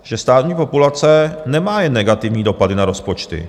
Že stárnutí populace nemá jen negativní dopady na rozpočty.